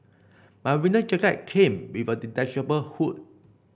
my winter jacket came with a detachable hood